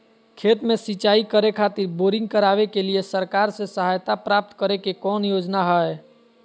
खेत में सिंचाई करे खातिर बोरिंग करावे के लिए सरकार से सहायता प्राप्त करें के कौन योजना हय?